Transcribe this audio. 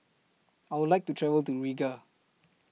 I Would like to travel to Riga